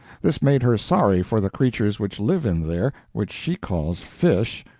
this made her sorry for the creatures which live in there, which she calls fish,